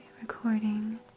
recording